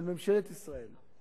של ממשלת ישראל.